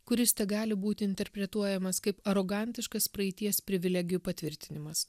kuris tegali būti interpretuojamas kaip arogantiškas praeities privilegijų patvirtinimas